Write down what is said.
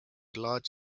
large